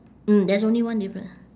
mm there's only one different